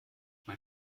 man